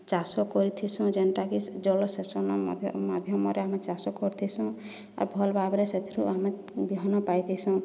ଚାଷ କରିଥିସୁଁ ଯେନ୍ଟା କି ଜଳ ସେଚନ ମାଧ୍ୟମରେ ଆମେ ଚାଷ କରିଥିସୁଁ ଆର୍ ଭଲ୍ ଭାବରେ ସେଥିରୁ ଆମେ ବିହନ ପାଇଥିସୁଁ